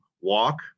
walk